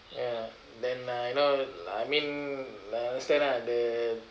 ya then uh you know I mean I understand lah the